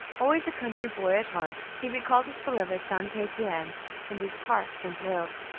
always a country boy at heart, he recalled his beloved st. etienne in these parks and hills.